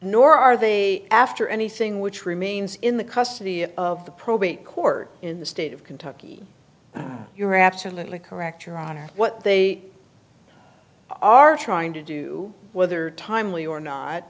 nor are they after anything which remains in the custody of the probate court in the state of kentucky you're absolutely correct your honor what they are trying to do whether timely or not